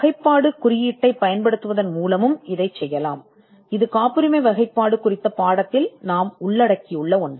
வகைப்பாடு குறியீட்டைப் பயன்படுத்துவதன் மூலமும் இதைச் செய்யலாம் இது காப்புரிமை வகைப்பாடு குறித்த பாடத்தில் நாம் உள்ளடக்கிய ஒன்று